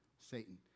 Satan